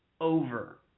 over